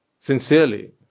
sincerely